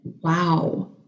wow